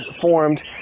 formed